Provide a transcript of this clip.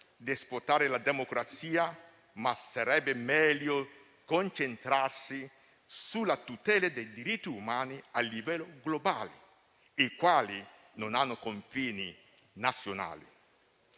farci tentare dal desiderio di esportare la democrazia, ma sarebbe meglio concentrarsi sulla tutela dei diritti umani a livello globale, i quali non hanno confini nazionali.